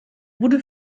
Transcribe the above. wurde